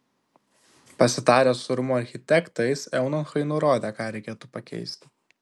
pasitarę su rūmų architektais eunuchai nurodė ką reikėtų pakeisti